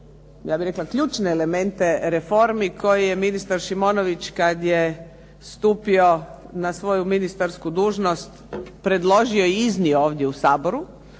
ja bih rekla ključne elemente, reformi koje je ministar Šimonović kad je stupio na svoju ministarsku dužnost predložio i iznio ovdje u Saboru